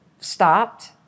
stopped